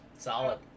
Solid